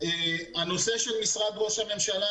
הנושא של משרד ראש הממשלה,